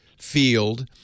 field